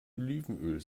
olivenöl